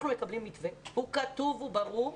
אנחנו מקבלים מתווה הוא כתוב, הוא ברור,